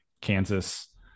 Kansas